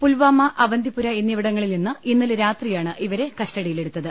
പുൽവാമ അവന്തിപുര എന്നിവിടങ്ങളിൽ നിന്ന് ഇന്നലെ രാത്രിയാണ് ഇവരെ കസ്റ്റഡിയിലെടുത്തത്